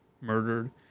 murdered